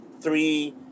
Three